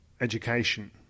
education